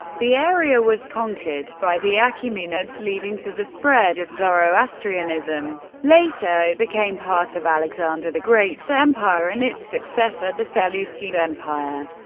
the area was conquered by the achaemenids leading to the spread of zoroastrianism. later it became part of alexander the great's empire and its successor, the seleucid empire.